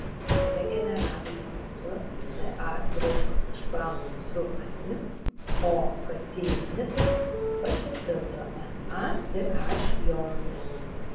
regeneravimo metu ca druskos išplaunamos su vandeniu o katijonitai pasipildo na ir h jonais